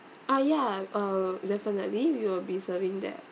ah ya uh definitely we will be serving that